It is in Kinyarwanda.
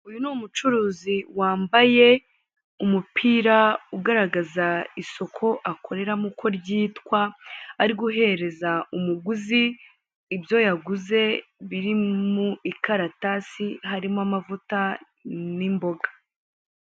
Uyu ni umucuruzi wambaye umupira ugaragaza isoko akoreramo uko ryitwa, ari guhereza umuguzi ibyo yaguze biri mu ikaratasi harimo amavuta n'imboga.